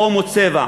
לאום או צבע?